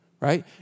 right